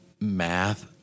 math